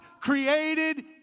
created